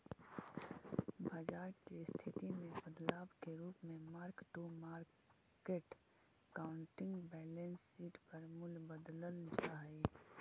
बाजार के स्थिति में बदलाव के रूप में mark to market accounting balance sheet पर मूल्य बदलल जा हई